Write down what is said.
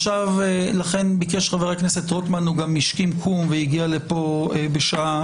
לכן ביקש וגם השכים קום והגיע לחדר הוועדה.